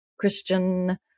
Christian